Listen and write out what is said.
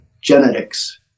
genetics